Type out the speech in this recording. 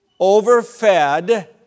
overfed